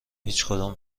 هیچکدام